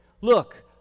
look